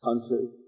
country